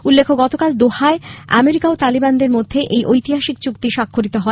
উল্লেখ্য গতকাল দোহায় আমেরিকা ও তালিবানদের মধ্যে এই ঐতিহাসিক চুক্তি স্বাক্ষরিত হয়